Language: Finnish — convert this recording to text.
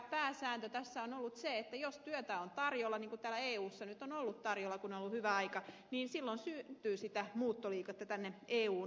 pääsääntö tässä on ollut se että jos työtä on tarjolla niin kuin täällä eussa nyt on ollut tarjolla ja on ollut hyvä aika niin silloin syntyy muuttoliikettä tänne eun alueelle